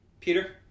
Peter